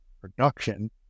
production